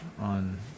on